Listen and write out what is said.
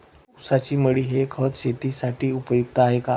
ऊसाची मळी हे खत शेतीसाठी उपयुक्त आहे का?